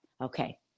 Okay